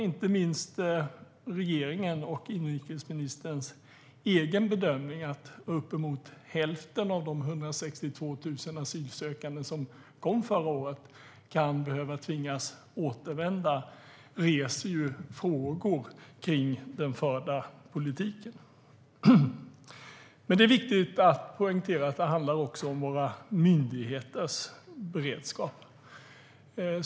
Inte minst regeringens och inrikesministerns egen bedömning är att uppemot hälften av de 162 000 asylsökande som kom förra året kan tvingas återvända reser ju frågor kring den förda politiken. Det är viktigt att poängtera att det också handlar om våra myndigheters beredskap.